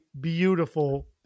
beautiful